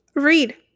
read